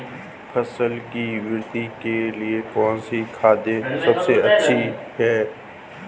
फसल की वृद्धि के लिए कौनसी खाद सबसे अच्छी है?